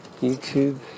YouTube